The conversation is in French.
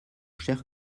cher